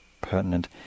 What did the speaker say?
pertinent